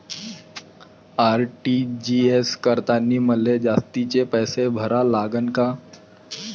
RTGS करतांनी मले जास्तीचे पैसे भरा लागन का?